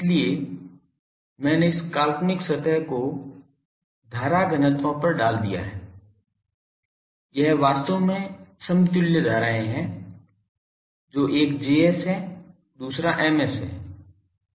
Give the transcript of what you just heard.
इसलिए मैंने इस काल्पनिक सतह को धारा घनत्वों पर डाल दिया है यह वास्तव में समतुल्य धाराएं हैं जो एक Js है दूसरा Ms है